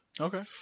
Okay